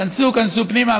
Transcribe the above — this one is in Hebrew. תיכנסו, תיכנסו פנימה.